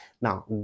Now